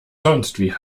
sonstwie